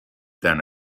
than